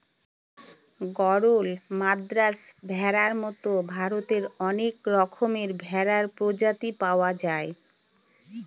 গরল, মাদ্রাজ ভেড়ার মতো ভারতে অনেক রকমের ভেড়ার প্রজাতি পাওয়া যায়